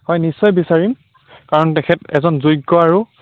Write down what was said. হয় নিশ্চয় বিচাৰিম কাৰণ তেখেত এজন যোগ্য আৰু